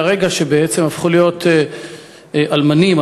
מהרגע שהפכו להיות אלמנים,